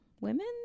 women